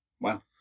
Wow